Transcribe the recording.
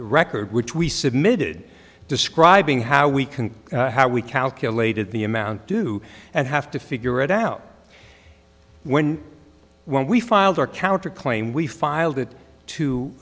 record which we submitted describing how we can how we calculated the amount due and have to figure it out when when we filed our counter claim we filed it to